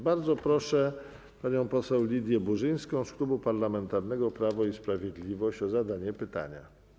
Bardzo proszę panią poseł Lidię Burzyńską z Klubu Parlamentarnego Prawo i Sprawiedliwość o zadanie pytania.